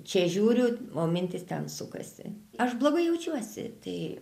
čia žiūriu o mintys ten sukasi aš blogai jaučiuosi tai